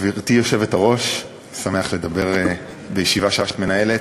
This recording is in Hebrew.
גברתי היושבת-ראש, אני שמח לדבר בישיבה שאת מנהלת.